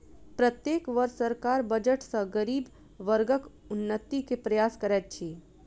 प्रत्येक वर्ष सरकार बजट सॅ गरीब वर्गक उन्नति के प्रयास करैत अछि